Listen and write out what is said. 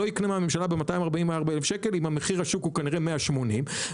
כאמור בסעיף 14כז והתנאים בהיתר כאמור בסעיף 14כט,